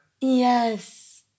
Yes